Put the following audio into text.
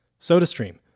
SodaStream